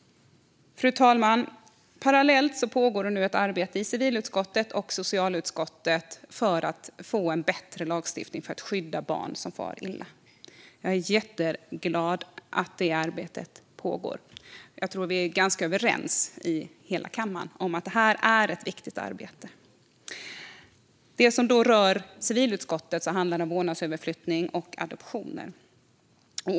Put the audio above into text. Fru talman! Parallellt pågår nu ett arbete i civilutskottet och socialutskottet för att få en bättre lagstiftning för att skydda barn som far illa. Jag är jätteglad över att detta arbete pågår. Jag tror att vi är ganska överens i hela kammaren om att det är ett viktigt arbete. Det som rör civilutskottet handlar om vårdnadsöverflyttning och adoptioner.